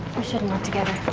we shouldn't work together.